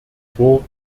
vor